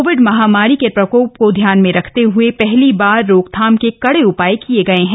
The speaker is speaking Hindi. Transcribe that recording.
कोविड महामारी के प्रकोप को ध्यान में रखते हए पहली बार रोकथाम के कड़े उपाय किए गए हैं